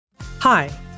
Hi